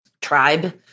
tribe